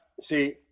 see